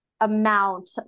Amount